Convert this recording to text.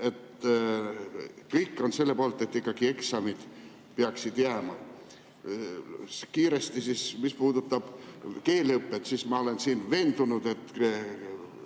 Kõik on selle poolt, et ikkagi eksamid peaksid jääma. Kiiresti, mis puudutab keeleõpet, siis ma olen veendunud, et